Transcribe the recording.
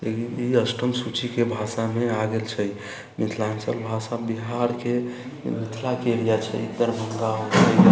ई अष्टम सूचीके भाषामे आ गेल छै मिथिलाञ्चल भाषा बिहारके मिथिला के एरिया छै दरभंगा हो गेल